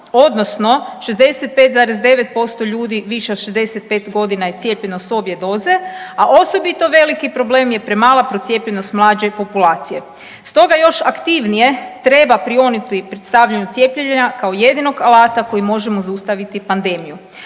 odnosno 65,9% ljudi više od 65 godina je cijepljeno s obje doze, a osobito veliki problem je premala procijepljenost mlađe populacije. Stoga još aktivnije treba prionuti predstavljanju cijepljenja kao jedinog alata kojim možemo zaustaviti pandemiju.